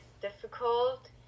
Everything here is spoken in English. difficult